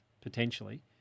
potentially